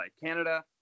Canada